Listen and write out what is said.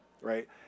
right